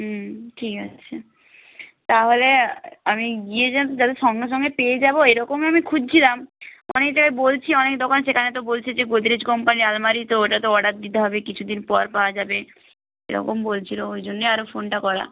হুম ঠিক আছে তাহলে আমি গিয়ে যাতে সঙ্গে সঙ্গে পেয়ে যাব এরকমই আমি খুঁজছিলাম অনেক জায়গায় বলছি অনেক দোকান সেখানে তো বলছে যে গোদরেজ কোম্পানির আলমারি তো ওটা তো অর্ডার দিতে হবে কিছুদিন পর পাওয়া যাবে এরকম বলছিল ওই জন্যই আরও ফোনটা করা